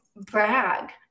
brag